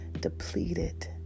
depleted